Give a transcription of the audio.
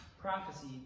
Prophecy